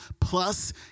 Plus